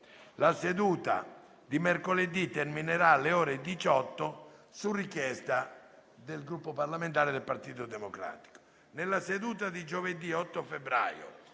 La seduta di mercoledì terminerà alle ore 18 su richiesta del Gruppo parlamentare Partito Democratico.